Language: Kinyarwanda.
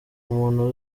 umuntu